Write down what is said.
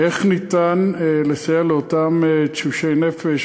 איך ניתן לסייע לאותם תשושי נפש,